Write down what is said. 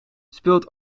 speelt